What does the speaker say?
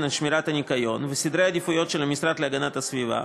לשמירת הניקיון וסדרי העדיפויות של המשרד להגנת הסביבה,